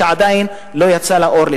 שעדיין לא יצא לפועל,